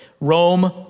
Rome